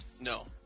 No